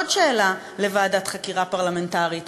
עוד שאלה לוועדת חקירה פרלמנטרית,